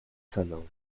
cenę